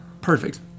Perfect